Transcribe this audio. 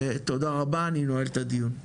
תודה רבה, אני נועל את הדיון.